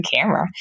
camera